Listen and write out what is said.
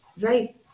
right